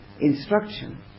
instruction